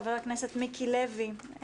ח"כ מיקי לוי,